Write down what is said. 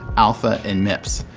alpha and mips.